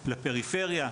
לפריפריה,